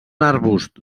arbusts